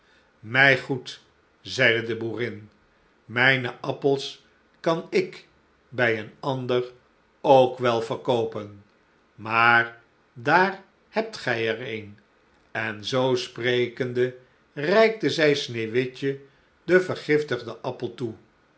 mij goed zeide de boerin mijne appels kan ik bij een ander ook wel verkoopen maar daar hebt gij er een en zoo sprekende reikte zij sneeuwwitje den vergiftigden appel toe